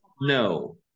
no